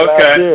Okay